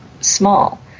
small